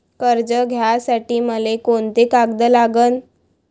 कर्ज घ्यासाठी मले कोंते कागद लागन?